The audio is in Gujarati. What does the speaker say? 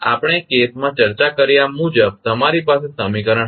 આપણે કેસમાં ચર્ચા કર્યા મુજબ તમારી પાસે સમીકરણ હશે